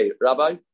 rabbi